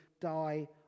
die